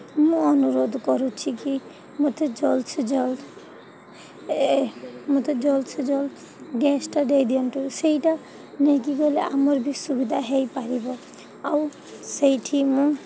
ମୁଁ ଅନୁରୋଧ କରୁଛି କି ମୋତେ ଜଲ୍ଦସେ ଜଲ୍ଦ ମୋତେ ଜଲ୍ଦସେ ଜଲ୍ଦ ଗ୍ୟାସ୍ଟା ଦେଇଦିଅନ୍ତୁ ସେଇଟା ନେଇକି ଗଲେ ଆମର ବି ସୁବିଧା ହୋଇପାରିବ ଆଉ ସେଇଠି ମୁଁ